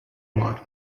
modeling